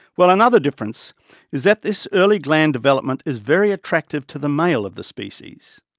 well another difference is that this early gland development is very attractive to the male of the species.